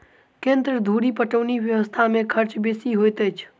केन्द्र धुरि पटौनी व्यवस्था मे खर्च बेसी होइत अछि